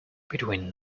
between